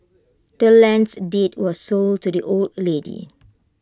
the land's deed was sold to the old lady